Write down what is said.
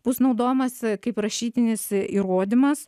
bus naudojamas kaip rašytinis įrodymas